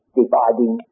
dividing